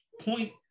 point